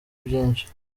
byinshi